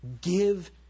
Give